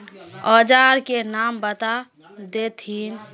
औजार के नाम बता देथिन?